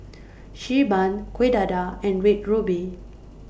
Xi Ban Kueh Dadar and Red Ruby